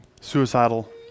suicidal